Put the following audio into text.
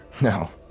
No